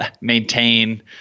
maintain